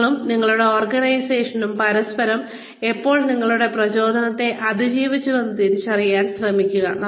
നിങ്ങളും നിങ്ങളുടെ ഓർഗനൈസേഷനും പരസ്പരം എപ്പോൾ നിങ്ങളുടെ പ്രയോജനത്തെ അതിജീവിച്ചുവെന്ന് തിരിച്ചറിയാൻ ശ്രമിക്കുക